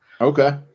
okay